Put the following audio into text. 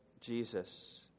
Jesus